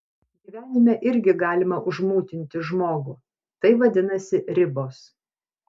gyvenime irgi galima užmutinti žmogų tai vadinasi ribos